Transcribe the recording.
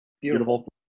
Beautiful